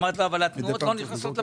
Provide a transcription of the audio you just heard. אמרתי לו אבל התנועות לא נכנסות לפרוטוקול.